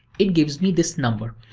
it gives me this number.